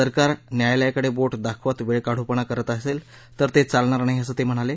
सरकार न्यायालयाकडे बोटं दाखवत वेळकाढूपणा करत असेल तर ते चालणार नाही असं ते म्हणाले